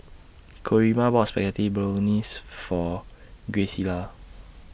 Coraima bought Spaghetti Bolognese For Graciela